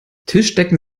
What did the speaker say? tischdecken